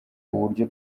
uburyo